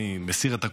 אני מסיר את הכובע,